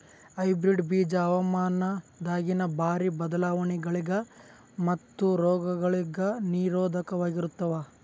hybrid ಬೀಜ ಹವಾಮಾನದಾಗಿನ ಭಾರಿ ಬದಲಾವಣೆಗಳಿಗ ಮತ್ತು ರೋಗಗಳಿಗ ನಿರೋಧಕವಾಗಿರುತ್ತವ